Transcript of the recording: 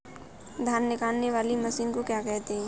धान निकालने वाली मशीन को क्या कहते हैं?